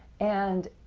and